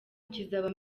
kizaba